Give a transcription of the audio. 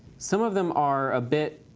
some of them are a bit